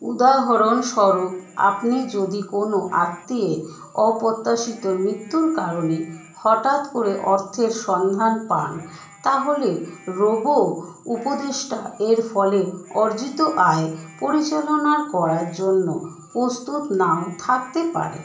উদাহরণস্বরূপ আপনি যদি কোনো আত্মীয়ের অপ্রত্যাশিত মৃত্যুর কারণে হঠাৎ করে অর্থের সন্ধান পান তাহলে রোবো উপদেষ্টা এর ফলে অর্জিত আয় পরিচালনা করার জন্য প্রস্তুত নাও থাকতে পারে